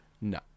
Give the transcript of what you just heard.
No